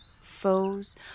foes